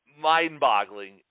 mind-boggling